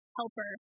helper